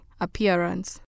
appearance